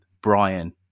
Brian